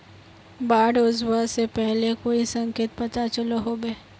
बाढ़ ओसबा से पहले कोई संकेत पता चलो होबे?